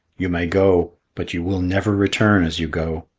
you may go but you will never return as you go.